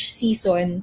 season